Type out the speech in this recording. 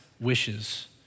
wishes